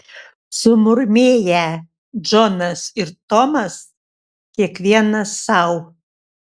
sumurmėję džonas ir tomas kiekvienas sau